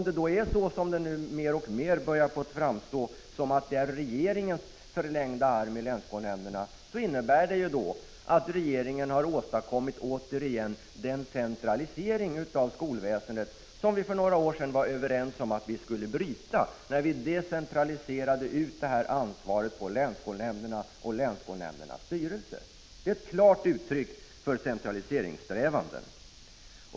Dessa har mer eller mindre fått framstå som regeringens förlängda arm, och om det är så innebär det att regeringen återigen har åstadkommit den centralisering av skolväsendet som vi för några år sedan var överens om att bryta när vi decentraliserade ansvaret till länsskolnämnderna och deras styrelser. Detta är ett klart uttryck för centraliseringssträvanden.